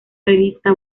revista